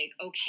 okay